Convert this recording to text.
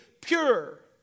pure